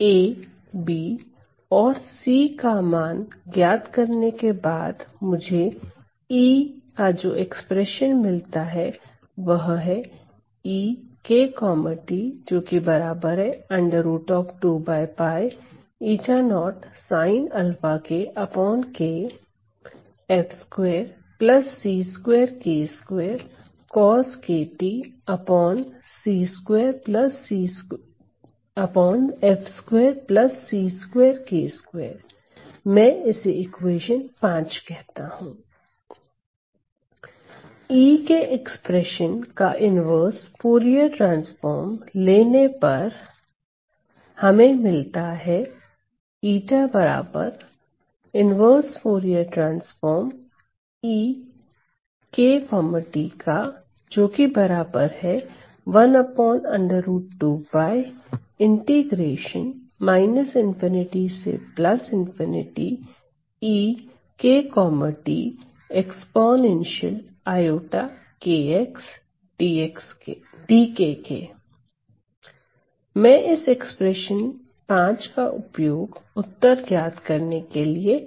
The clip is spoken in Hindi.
A B और C का मान ज्ञात करने के बाद मुझे E का जो एक्सप्रेशन मिलता है वह है E के एक्सप्रेशन का इन्वर्स फूरिये ट्रांसफॉर्म लेने पर हमें मिलता है मैं इस एक्सप्रेशन 5 का उपयोग उत्तर ज्ञात करने के लिए